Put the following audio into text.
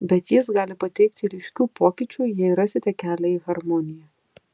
bet jis gali pateikti ryškių pokyčių jei rasite kelią į harmoniją